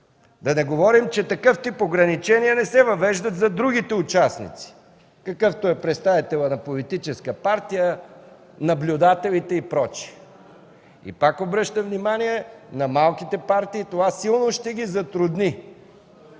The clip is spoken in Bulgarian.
Да не говорим, че такъв тип ограничения не се въвеждат за другите участници, какъвто е представителят на политическа партия, наблюдателите и прочее. Пак обръщам внимание – на малките партии, това силно ще ги затрудни.